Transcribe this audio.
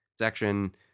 section